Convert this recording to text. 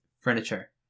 furniture